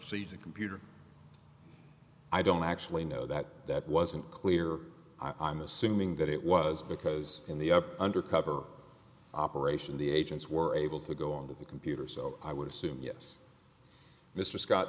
see to computer i don't actually know that that wasn't clear i'm assuming that it was because in the undercover operation the agents were able to go on the computer so i would assume yes mr scott